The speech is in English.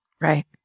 Right